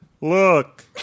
look